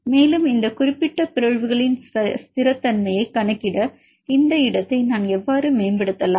மேலும் இந்த குறிப்பிட்ட பிறழ்வுகளின் ஸ்திரத்தன்மையை கணக்கிட இந்த இடத்தை நான் எவ்வாறு மேம்படுத்தலாம்